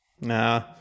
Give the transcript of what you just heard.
Nah